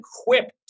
equipped